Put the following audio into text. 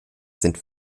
sind